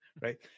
right